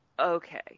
Okay